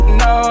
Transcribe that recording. no